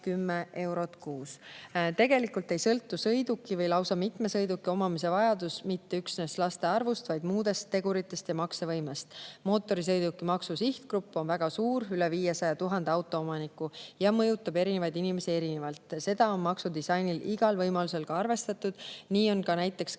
Tegelikult ei sõltu sõiduki või lausa mitme sõiduki omamise vajadus mitte üksnes laste arvust, vaid muudest teguritest ja maksevõimest. Mootorsõidukimaksu sihtgrupp on väga suur, üle 500 000 autoomaniku, ja mõjutab erinevaid inimesi erinevalt. Seda on maksudisainil igal võimalusel ka arvestatud. Nii on näiteks vanematele